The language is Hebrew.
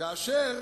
כאשר